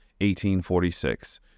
1846